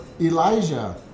Elijah